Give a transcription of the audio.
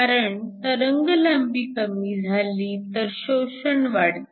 कारण तरंगलांबी कमी झाली तर शोषण वाढते